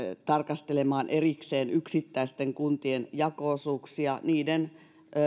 tarkastelemaan erikseen yksittäisten kuntien jako osuuksia niiden